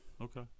okay